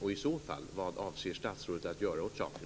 Och vad avser statsrådet i så fall att göra åt saken?